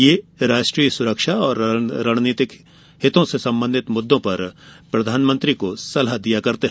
ये राष्ट्रीय सुरक्षा और रणनीतिक हितों से संबंधित मुद्दों पर प्रधानमंत्री को सलाह देते हैं